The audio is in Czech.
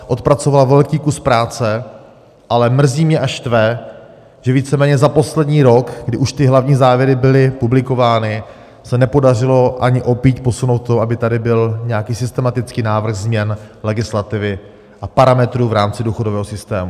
Odpracovala velký kuse práce, ale mrzí mě a štve, že víceméně za poslední rok, když už hlavní závěry byly publikovány, se nepodařilo ani o píď posunout to, aby tady byl nějaký systematický návrh změn legislativy a parametrů v rámci důchodového systému.